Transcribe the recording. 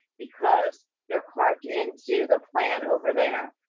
because they're hard into the plan over there.